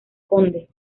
conde